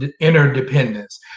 interdependence